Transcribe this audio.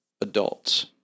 adults